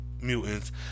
mutants